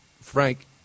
Frank